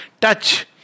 touch